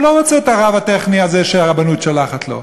הוא לא רוצה את הרב הטכני הזה שהרבנות שולחת לו,